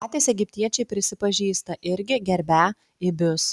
patys egiptiečiai prisipažįsta irgi gerbią ibius